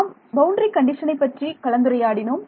நாம் பவுண்டரி கண்டிஷனை பற்றி கலந்துரையாடினோம்